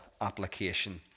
application